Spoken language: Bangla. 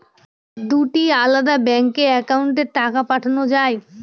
দুটি আলাদা ব্যাংকে অ্যাকাউন্টের টাকা পাঠানো য়ায়?